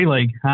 League